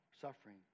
suffering